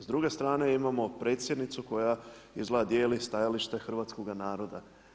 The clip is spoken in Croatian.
S druge strane imamo predsjednicu koja izgleda dijeli stajalište hrvatskoga naroda.